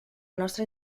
nostra